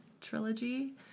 trilogy